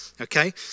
okay